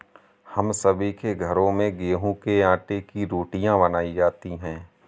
हम सभी के घरों में गेहूं के आटे की रोटियां बनाई जाती हैं